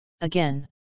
again